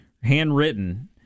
handwritten